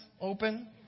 open